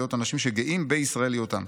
ולהיות אנשים שגאים בישראליותם.